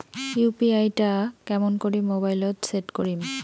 UPI টা কেমন করি মোবাইলত সেট করিম?